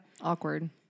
awkward